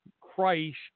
Christ